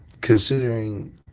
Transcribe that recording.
considering